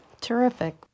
Terrific